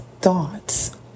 thoughts